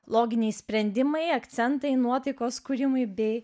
loginiai sprendimai akcentai nuotaikos kūrimai bei